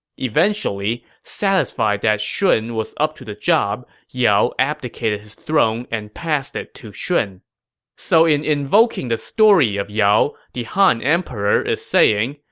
eventually, satisfied that shun was up to the job, yao abdicated his throne and passed it to shun so in invoking the story of yao, the han emperor is saying,